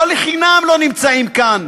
לא לחינם לא נמצאים כאן